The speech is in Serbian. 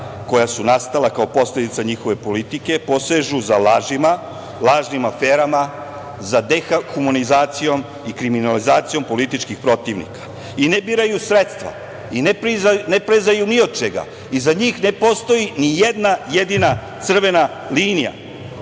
koja su nastala kao posledica njihove politike, posežu za lažima, lažnim aferima za dehumanizacijom i kriminalizacijom političkih protivnika i ne biraju sredstva i ne prezaju ni od čega i za njih ne postoji ni jedna jedina crvena linija.